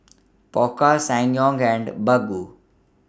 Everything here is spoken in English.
Pokka Ssangyong and Baggu